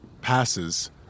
passes